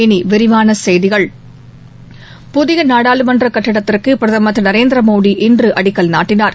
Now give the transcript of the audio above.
இனி விரிவான செய்திகள் புதிய நாடாளுமன்ற கட்டிடத்திற்கு பிரதமர் திரு நரேந்திர மோடி இன்று அடிக்கல் நாட்டினார்